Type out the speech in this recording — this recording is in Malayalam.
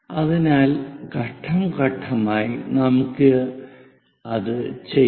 അതിനാൽ ഘട്ടം ഘട്ടമായി നമുക്ക് അത് ചെയ്യാം